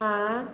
आएँ